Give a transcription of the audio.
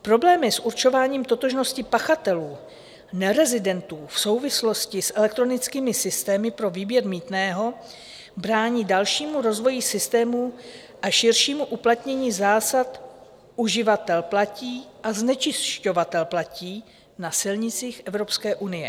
Problémy s určováním totožnosti pachatelů, nerezidentů, v souvislosti s elektronickými systémy pro výběr mýtného brání dalšímu rozvoji systému a širšímu uplatnění zásad uživatel platí a znečišťovatel platí na silnicích Evropské unie.